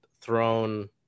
thrown